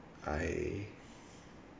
I